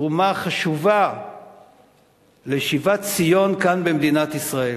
תרומה חשובה לשיבת ציון כאן במדינת ישראל.